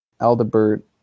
Aldebert